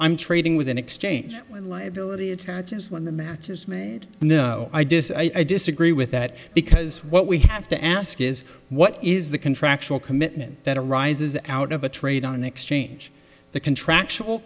i'm trading with an exchange when liability attaches when the match is made and i do i disagree with that because what we have to ask is what is the contractual commitment that arises out of a trade on an exchange the contractual